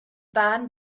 bahn